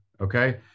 Okay